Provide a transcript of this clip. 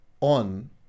on